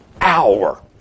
hour